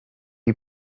you